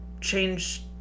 change